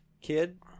kid